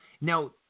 Now